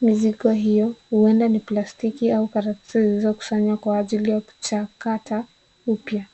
mizigo hiyo huenda ni plastiki au karatasi zilizokusanywa kwa ajili ya kuchakata upya.